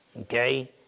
Okay